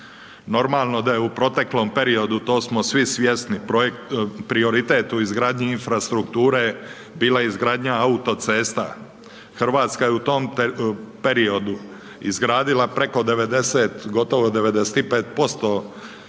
Normalno da je u proteklom periodu, to smo svi svjesni, projekt, prioritet u izgradnji infrastrukture bila izgradnja autocesta. Hrvatska je u tom periodu izgradila preko 90, gotovo 95% svoje